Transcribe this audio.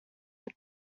were